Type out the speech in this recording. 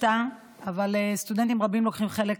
אבל סטודנטים רבים לוקחים חלק,